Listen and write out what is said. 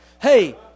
Hey